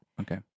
Okay